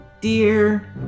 Dear